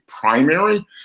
primary